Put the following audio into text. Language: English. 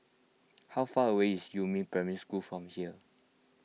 how far away is Yumin Primary School from here